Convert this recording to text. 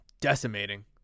decimating